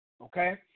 okay